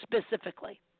specifically